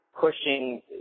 pushing